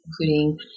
including